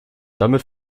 damit